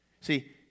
See